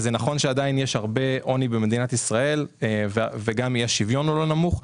שעדיין יש הרבה עוני במדינת ישראל ואי השוויון הוא לא נמוך,